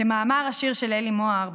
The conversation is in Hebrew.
כמאמר השיר של עלי מוהר,